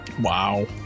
Wow